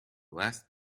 last